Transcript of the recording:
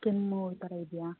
ಕೆಮ್ಮು ಆ ಥರ ಇದೆಯಾ